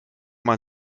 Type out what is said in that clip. man